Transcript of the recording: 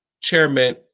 chairman